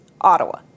Ottawa